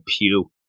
pew